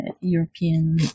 European